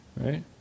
right